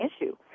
issue